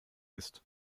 ist